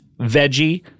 veggie